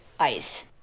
ice